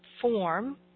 form